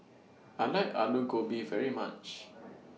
I like Alu Gobi very much